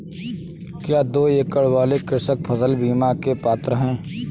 क्या दो एकड़ वाले कृषक फसल बीमा के पात्र हैं?